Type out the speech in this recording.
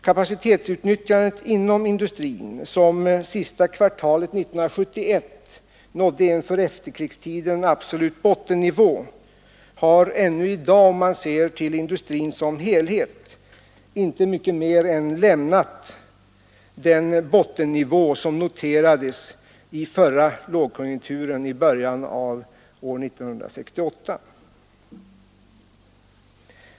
Kapacitetsutnyttjandet inom industrin, som under det sista kvartalet 1971 nådde en för efterkrigstiden absolut bottennivå, har ännu i dag, om man ser till industrin som helhet, inte mycket mer än lämnat den bottennivå som noterades i förra lågkonjunkturen i början av år 1968.